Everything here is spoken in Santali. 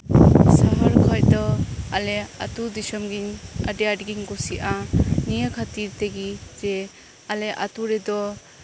ᱥᱟᱦᱟᱨ ᱠᱷᱚᱡ ᱫᱚ ᱟᱞᱮᱭᱟᱜ ᱟᱹᱛᱳ ᱫᱤᱥᱚᱢ ᱜᱮ ᱟᱹᱰᱤ ᱟᱸᱴ ᱜᱤᱧ ᱠᱩᱥᱤᱭᱟᱜᱼᱟ ᱱᱤᱭᱟᱹ ᱠᱷᱟᱹᱛᱤᱨ ᱛᱮᱜᱮ ᱡᱮ ᱟᱞᱮᱭᱟᱜ ᱟᱹᱛᱳ ᱨᱮᱫᱚ